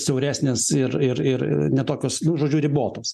siauresnės ir ir ir ne tokios nu žodžiu ribotos